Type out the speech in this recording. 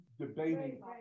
debating